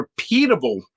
repeatable